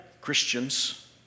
Christians